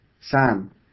Sam